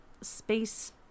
space